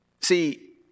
See